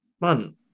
man